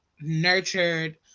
nurtured